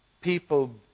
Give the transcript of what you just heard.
people